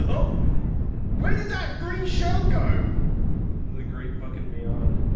ah where did that green shell go the great fucking beyond?